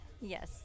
Yes